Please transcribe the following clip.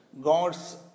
God's